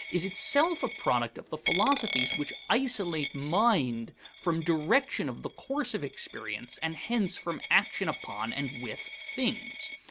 is itself a product of the philosophies which isolate mind from direction of the course of experience and hence from action upon and with things.